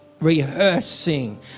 rehearsing